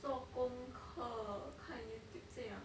做功课看 YouTube 这样